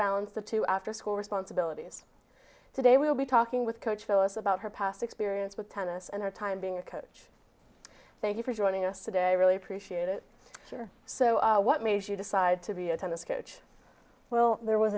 balance the two after school responsibilities today we'll be talking with coach phyllis about her past experience with tennis and her time being a coach thank you for joining us today really appreciate it so what made you decide to be a tennis coach well there was